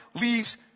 leaves